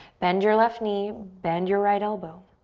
bend your left knee, bend your right elbow.